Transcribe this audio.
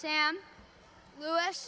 san louis